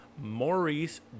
Maurice